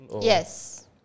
Yes